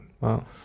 Wow